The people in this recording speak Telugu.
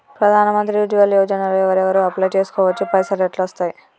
ప్రధాన మంత్రి ఉజ్వల్ యోజన లో ఎవరెవరు అప్లయ్ చేస్కోవచ్చు? పైసల్ ఎట్లస్తయి?